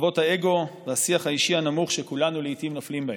קרבות האגו והשיח האישי הנמוך שכולנו לעיתים נופלים בהם.